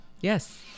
yes